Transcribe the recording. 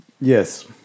Yes